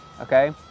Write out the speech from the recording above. okay